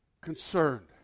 concerned